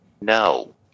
No